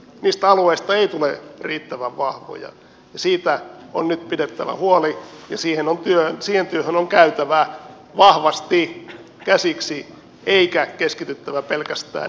niistä alueista ei tule riittävän vahvoja ja siitä on nyt pidettävä huoli ja siihen työhön on käytävä vahvasti käsiksi eikä keskityttävä pelkästään rajojen siirtelyyn